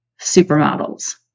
supermodels